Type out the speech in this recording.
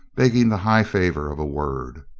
beg ging the high favor of a word.